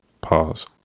Pause